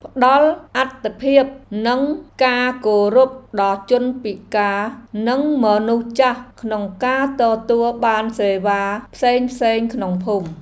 ផ្តល់អាទិភាពនិងការគោរពដល់ជនពិការនិងមនុស្សចាស់ក្នុងការទទួលបានសេវាផ្សេងៗក្នុងភូមិ។